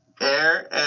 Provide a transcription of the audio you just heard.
air